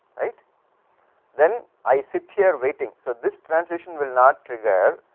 right then i sit here waiting, so this transition will not trigger,